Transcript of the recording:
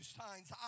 signs